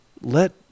Let